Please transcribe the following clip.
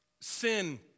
Sin